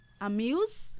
Amuse